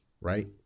right